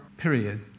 period